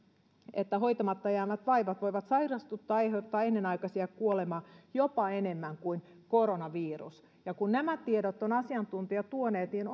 että hoitamatta jäävät vaivat voivat sairastuttaa ja aiheuttaa ennenaikaisia kuolemia jopa enemmän kuin koronavirus ja kun nämä tiedot ovat asiantuntijat tuoneet niin